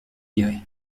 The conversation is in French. lirez